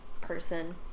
person